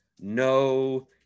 no